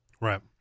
right